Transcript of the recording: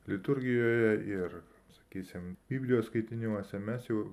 liturgijoje ir sakysim biblijos skaitiniuose mes jau